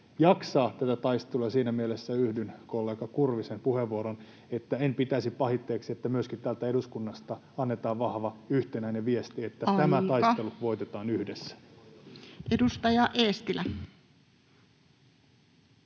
jaksaa tätä taistelua. Siinä mielessä yhdyn kollega Kurvisen puheenvuoroon, että en pistäisi pahitteeksi, että myöskin täältä eduskunnasta annetaan vahva yhtenäinen viesti, [Puhemies: Aika!] että tämä taistelu voitetaan yhdessä. Edustaja Eestilä.